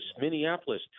Minneapolis